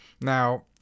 Now